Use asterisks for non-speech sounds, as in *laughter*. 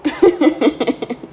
*laughs*